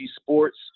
Sports